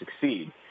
succeed